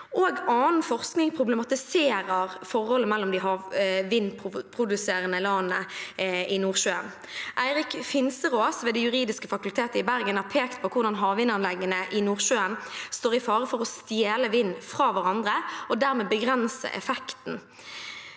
Også annen forskning problematiserer forholdet mellom de vindproduserende landene i Nordsjøen. Eirik Finserås ved det juridiske fakultetet i Bergen har pekt på hvordan havvindanleggene i Nordsjøen står i fare for å stjele vind fra hverandre, og dermed begrense effekten.